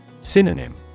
Synonym